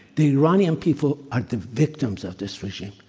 the iranian people are the victims of this regime.